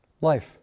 life